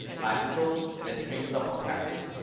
bicycles, and then trade stuff on craigslist.